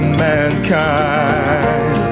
mankind